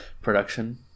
production